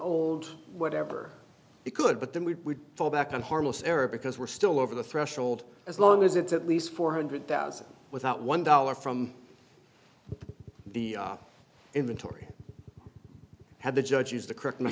old whatever it could but then we fall back on harmless error because we're still over the threshold as long as it's at least four hundred thousand without one dollar from the inventory had the judge used the correct me